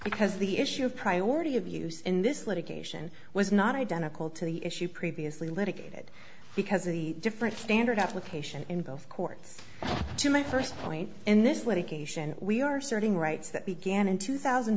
because the issue of priority of use in this litigation was not identical to the issue previously litigated because a different standard application in both courts to my first point in this litigation we are certain rights that began in two thousand